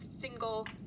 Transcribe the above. single